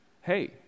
Hey